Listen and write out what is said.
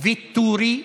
ואטורי,